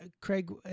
craig